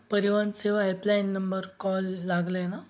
परिवहन सेवा helpline number call लागला आहे ना